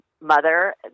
mother